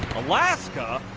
alaska,